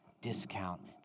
discount